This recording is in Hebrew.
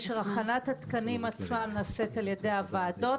הכנת התקנים נעשית על ידי הוועדות,